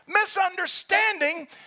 misunderstanding